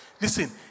Listen